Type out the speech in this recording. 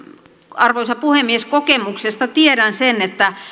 arvoisa puhemies kokemuksesta tiedän sen että